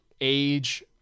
age